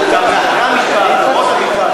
למרות המשפט,